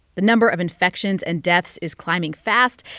the number of infections and deaths is climbing fast,